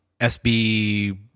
SB